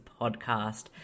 podcast